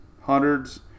Hundreds